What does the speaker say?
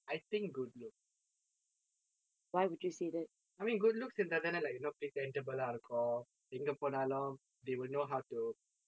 I think good looks I mean good looks இருந்தா தானே:irunthaa thane like you know presentable ah இருக்கும் எங்க போனாலும்:irukkum enga ponaalum they will know how to